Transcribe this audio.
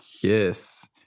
Yes